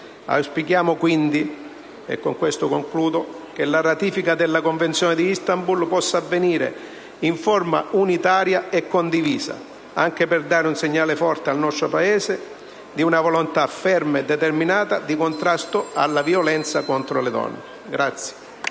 In conclusione, auspichiamo che la ratifica della Convenzione di Istanbul possa avvenire in forma unitaria e condivisa, anche per dare un segnale forte al nostro Paese di una volontà ferma e determinata di contrasto alla violenza contro le donne.